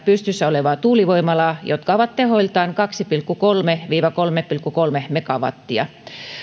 pystyssä olevaa tuulivoimalaa jotka ovat tehoiltaan kaksi pilkku kolme viiva kolme pilkku kolme megawattia